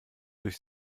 durch